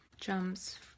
jumps